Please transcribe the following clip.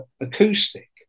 acoustic